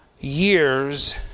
Years